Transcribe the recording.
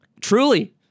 truly